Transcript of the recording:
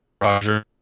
Roger